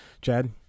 Chad